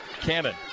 Cannon